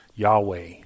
Yahweh